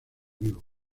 vivo